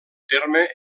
terme